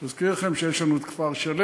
אני מזכיר לכם שיש לנו את כפר-שלם